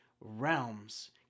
realms